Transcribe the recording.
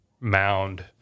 mound